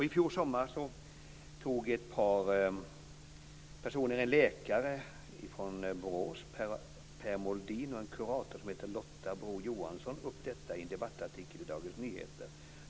I fjol sommar tog ett par personer från Borås, läkaren Per Moldin och kuratorn Lotta Broo-Johansson, upp detta i en debattartikel i Dagens Nyheter.